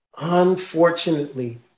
unfortunately